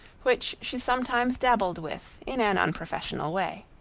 which she sometimes dabbled with in an unprofessional way.